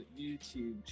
youtube